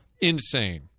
Insane